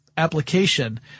application